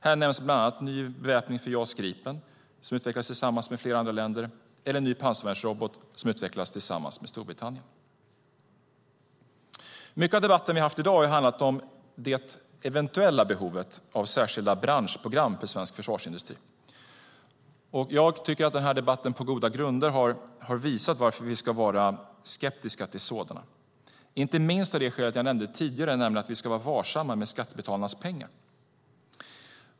Här nämns bland annat ny beväpning för JAS Gripen, som utvecklas tillsammans med flera andra länder, eller en ny pansarvärnsrobot som utvecklas tillsammans med Storbritannien. Mycket av debatten i dag har handlat om det eventuella behovet av särskilda branschprogram för svensk försvarsindustri. Jag tycker att debatten har visat varför man på goda grunder ska vara mycket skeptisk till sådana. Det är inte minst av det skäl jag nämnde tidigare, nämligen att vi ska vara varsamma med skattebetalarnas pengar.